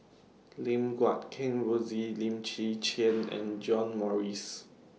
Lim Guat Kheng Rosie Lim Chwee Chian and John Morrice